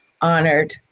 honored